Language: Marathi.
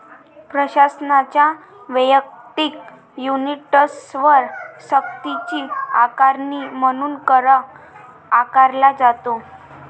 प्रशासनाच्या वैयक्तिक युनिट्सवर सक्तीची आकारणी म्हणून कर आकारला जातो